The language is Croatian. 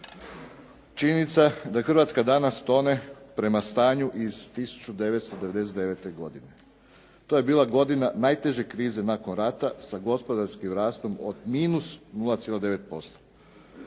Činjenica da Hrvatska danas tone prema stanju iz 1999. godine. To je bila godina najteže krize nakon rata sa gospodarskim rastom od -0,9%.